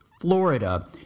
Florida